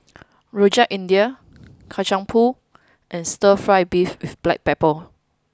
Rojak India Kacang Pool and stir fry beef with black pepper